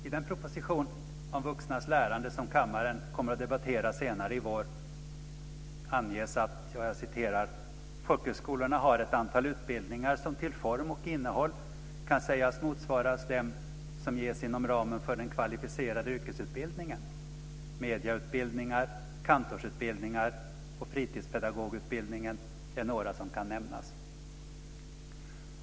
I den proposition om vuxnas lärande som kammaren kommer att debattera senare i vår anges att "folkhögskolorna har ett antal utbildningar som till form och innehåll kan sägas motsvara dem som ges inom ramen för den kvalificerade yrkesutbildningen. Mediautbildningar, kantorsutbildningar och fritidspedagogutbildningen är några som kan nämnas."